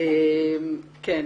בבקשה.